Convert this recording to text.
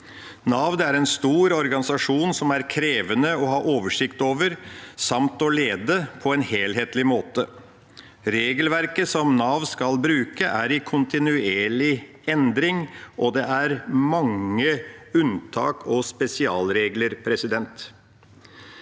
Nav er en stor organisasjon som er krevende å ha oversikt over, samt å lede på en helhetlig måte. Regelverket som Nav skal bruke, er i kontinuerlig endring, og det er mange unntak og spesialregler. Det